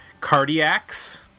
Cardiacs